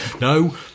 No